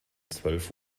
zwölf